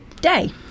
day